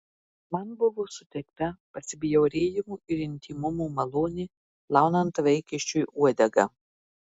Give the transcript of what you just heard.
man buvo suteikta pasibjaurėjimo ir intymumo malonė plaunant vaikiščiui uodegą